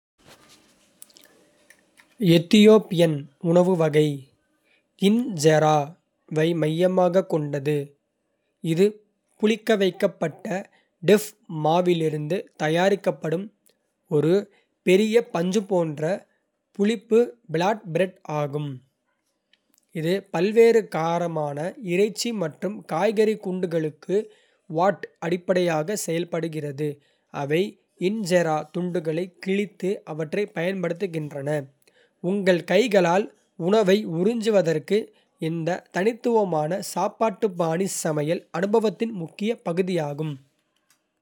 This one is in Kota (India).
எத்தியோப்பியன் உணவு வகை "இன்ஜெரா"வை மையமாகக் கொண்டது, இது புளிக்கவைக்கப்பட்ட டெஃப் மாவிலிருந்து தயாரிக்கப்படும் ஒரு பெரிய. பஞ்சுபோன்ற புளிப்பு பிளாட்பிரெட் ஆகும், இது பல்வேறு காரமான இறைச்சி மற்றும் காய்கறி குண்டுகளுக்கு வாட் அடிப்படையாக செயல்படுகிறது, அவை இன்ஜெரா துண்டுகளை கிழித்து அவற்றைப் பயன்படுத்துகின்றன. உங்கள் கைகளால் உணவை உறிஞ்சுவதற்கு இந்த தனித்துவமான சாப்பாட்டு பாணி சமையல் அனுபவத்தின் முக்கிய பகுதியாகும்.